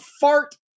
fart